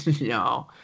No